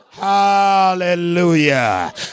Hallelujah